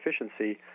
efficiency